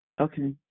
Okay